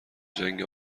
جنگ